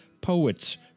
poets